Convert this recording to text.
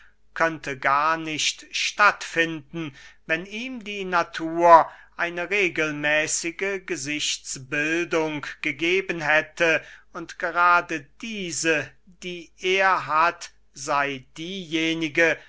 könnte gar nicht statt finden wenn ihm die natur eine regelmäßige gesichtsbildung gegeben hätte und gerade diese die er hat sey diejenige